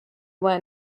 went